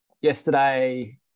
yesterday